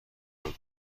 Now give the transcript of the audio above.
قرار